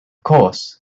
course